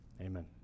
Amen